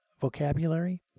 vocabulary